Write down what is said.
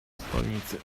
stolnicy